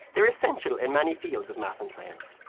they're essential in many fields of math and science.